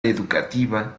educativa